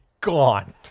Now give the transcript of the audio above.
gone